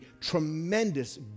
tremendous